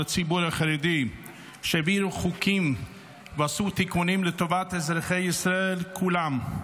הציבור החרדי כשהביאו חוקים ועשו תיקונים לטובת אזרחי ישראל כולם.